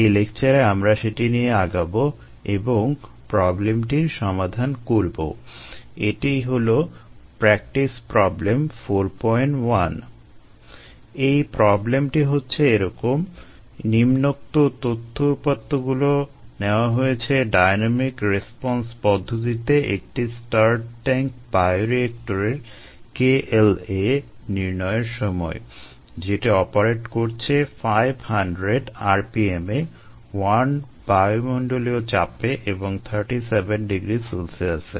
এই প্রবলেমটি হচ্ছে এরকম নিম্নোক্ত তথ্য উপাত্তগুলো নেওয়া হয়েছে ডাইন্যামিক রেসপন্স kLa নির্ণয়ের সময় যেটি অপারেট করছে 500 rpm এ 1 বায়ুমন্ডলীয় চাপে এবং 37 degree C এ